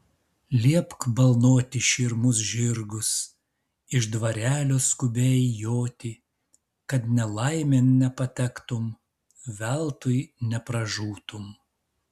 liepk balnoti širmus žirgus iš dvarelio skubiai joti kad nelaimėn nepatektum veltui nepražūtum